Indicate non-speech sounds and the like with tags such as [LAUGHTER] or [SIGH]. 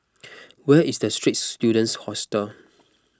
[NOISE] where is the Straits Students Hostel